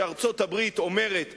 שארצות-הברית אומרת משהו,